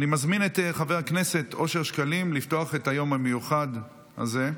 אני מזמין את חבר הכנסת אושר שקלים לפתוח את היום המיוחד הזה,